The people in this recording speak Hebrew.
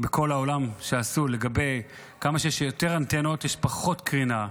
שעשו בכל העולם: כמה שיש יותר אנטנות יש פחות קרינה,